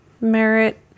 merit